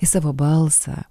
į savo balsą